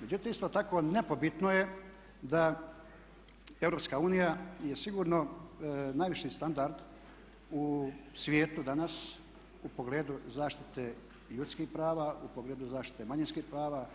Međutim, isto tako nepobitno je da EU je sigurno najviši standard u svijetu danas u pogledu zaštite ljudskih prava, u pogledu zaštite manjinskih prava,